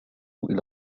إلى